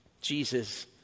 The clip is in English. Jesus